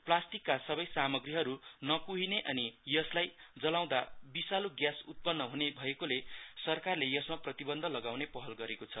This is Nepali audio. प्लास्टिकका सबै सामाग्रीहरु नकुहिने अनि यसलाई जलाउँदा विशालु ग्यास उत्पन्न हुने भएकोले सरकारले यसमा प्रतिबन्ध लगाउने पहल गरेकोछ